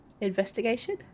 Investigation